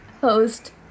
host